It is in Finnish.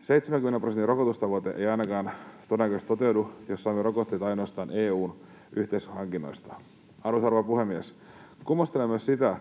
70 prosentin rokotustavoite ei ainakaan todennäköisesti toteudu, jos saamme rokotteita ainoastaan EU:n yhteishankinnoista. Arvoisa rouva puhemies! Kummastelen myös sitä,